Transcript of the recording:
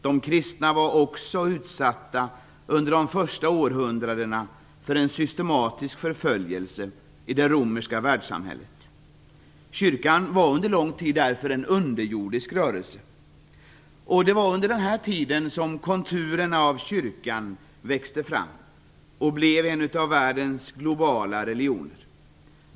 Under de första århundradena var de kristna också utsatta för en systematisk förföljelse i det romerska världssamhället. Kyrkan var under lång tid därför en underjordisk rörelse. Det var under den här tiden som konturerna av kyrkan växte fram och den blev en av världens globala religioner.